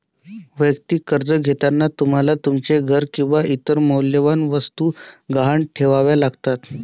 वैयक्तिक कर्ज घेताना तुम्हाला तुमचे घर किंवा इतर मौल्यवान वस्तू गहाण ठेवाव्या लागतात